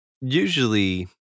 usually